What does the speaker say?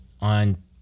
on